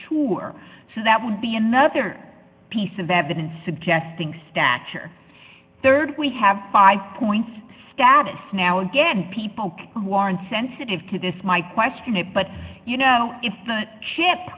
tour so that would be another piece of evidence suggesting stature rd we have five points status now again people who are insensitive to this might question it but you know if the ship